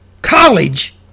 College